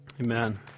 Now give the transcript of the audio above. Amen